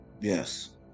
Yes